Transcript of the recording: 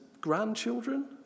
grandchildren